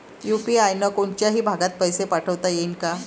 UPI न कोनच्याही भागात पैसे पाठवता येईन का?